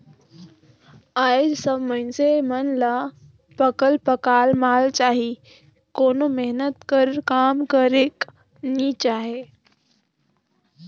आएज सब मइनसे मन ल पकल पकाल माल चाही कोनो मेहनत कर काम करेक नी चाहे